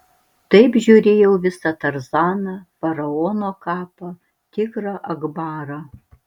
taip žiūrėjau visą tarzaną faraono kapą tigrą akbarą